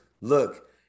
look